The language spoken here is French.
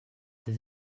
des